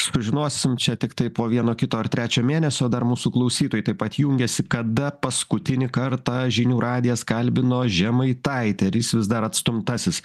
sužinosim čia tiktai po vieno kito ar trečio mėnesio dar mūsų klausytojai taip pat jungiasi kada paskutinį kartą žinių radijas kalbino žemaitaitį ar jis vis dar atstumtasis